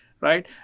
right